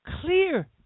clear